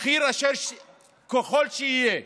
בכיר ככל שיהיה.